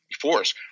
force